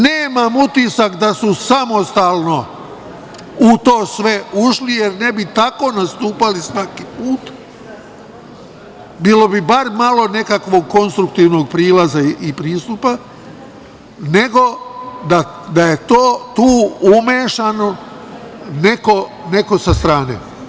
Nemam utisak da su samostalno u to sve ušli, jer ne bi tako nastupali svaki put, bilo bi bar malo nekakvog konstruktivnog prilaza i pristupa, nego da je to tu umešano neko sa strane.